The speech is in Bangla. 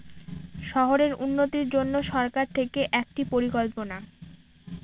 শহরের উন্নতির জন্য সরকার থেকে একটি পরিকল্পনা